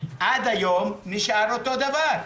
ועד היום נשאר אותו דבר.